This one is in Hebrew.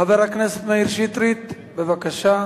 חבר הכנסת מאיר שטרית, בבקשה.